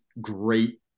great